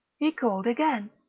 he called again.